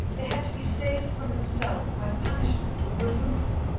they had to be saved from themselves by punishment or removal,